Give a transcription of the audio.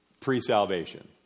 pre-salvation